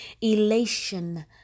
elation